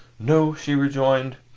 no, she rejoined,